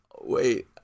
Wait